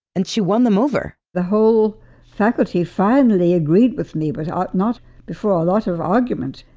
and she won them over the whole faculty finally agreed with me but not not before a lot of argument.